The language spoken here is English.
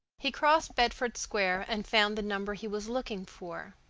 he crossed bedford square and found the number he was looking for.